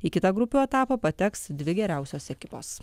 į kitą grupių etapą pateks dvi geriausios ekipos